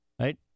Right